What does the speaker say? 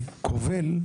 וכובל,